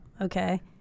okay